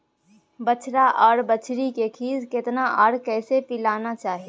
बछरा आर बछरी के खीस केतना आर कैसे पिलाना चाही?